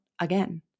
again